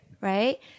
right